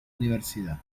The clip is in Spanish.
universidad